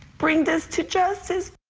bring this to joe says.